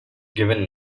given